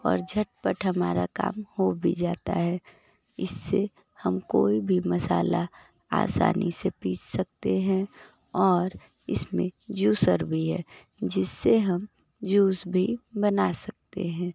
और झटपट हमारा काम हो भी जाता है इससे हम कोई भी मसाला आसानी से पीस सकते हैं और इस में ज्यूसर भी है जिससे हम जूस भी बना सकते हैं